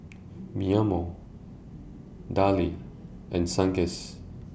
Mimeo Darlie and Sunkist